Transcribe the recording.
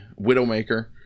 Widowmaker